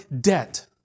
debt